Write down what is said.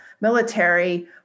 military